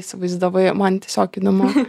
įsivaizdavai man tiesiog įdomu